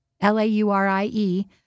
L-A-U-R-I-E